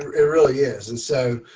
it really is. and so